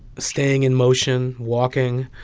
staying in motion walking